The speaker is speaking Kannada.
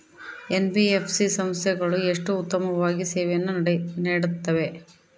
ಎನ್.ಬಿ.ಎಫ್.ಸಿ ಸಂಸ್ಥೆಗಳು ಎಷ್ಟು ಉತ್ತಮವಾಗಿ ಸೇವೆಯನ್ನು ನೇಡುತ್ತವೆ?